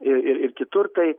ir ir kitur tai